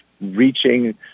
reaching